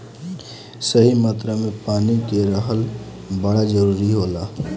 सही मात्रा में पानी के रहल बड़ा जरूरी होला